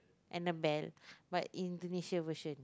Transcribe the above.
and the man but Indonesia version